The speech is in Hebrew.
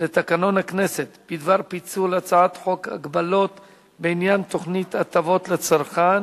לתקנון הכנסת בדבר פיצול הצעת חוק הגבלות בעניין תוכנית הטבות לצרכן